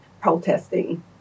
protesting